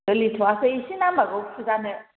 ओलिथ'आखै एसे नामबागौ फुजानो